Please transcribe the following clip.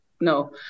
no